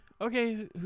okay